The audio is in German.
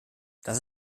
das